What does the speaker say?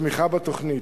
לתמיכה בתוכנית: